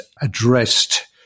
addressed